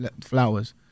flowers